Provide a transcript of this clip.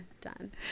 done